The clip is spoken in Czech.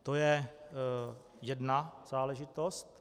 To je jedna záležitost.